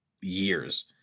years